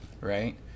right